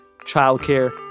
childcare